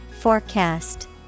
Forecast